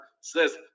says